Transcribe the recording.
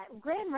Grand